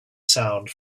sound